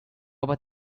about